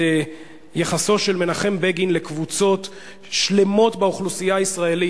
את יחסו של מנחם בגין לקבוצות שלמות באוכלוסייה הישראלית,